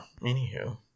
anywho